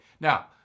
now